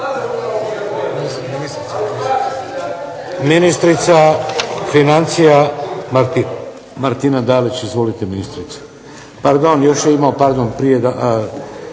Ministrica financija Martina Dalić. Izvolite ministrice. Pardon, još je imao, pardon prije